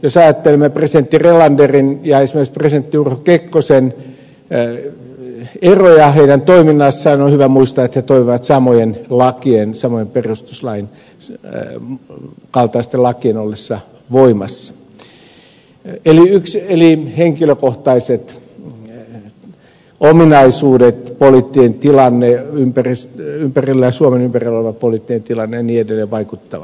jos ajattelemme presidentti relanderin ja esimerkiksi presidentti urho kekkosen eroja heidän toiminnassaan on hyvä muistaa että he toimivat samojen lakien samojen perustuslain kaltaisten lakien ollessa voimassa eli henkilökohtaiset ominaisuudet suomen ympärillä oleva poliittinen tilanne ja niin edelleen vaikuttavat tähän